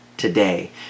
today